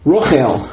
Rochel